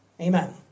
Amen